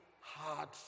hard